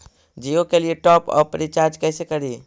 जियो के लिए top up recharge कैसे करी?